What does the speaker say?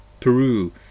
Peru